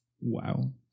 wow